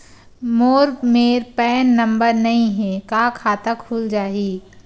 मोर मेर PAN number नई हे का खाता खुल जाही?